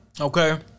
Okay